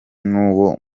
nuwo